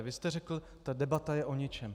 Vy jste řekl ta debata je o ničem.